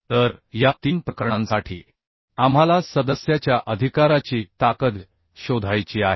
तर या 3 प्रकरणांसाठी आपल्याला सदस्याच्या अधिकाराची ताकद शोधायची आहे